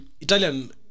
Italian